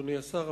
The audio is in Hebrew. אדוני השר,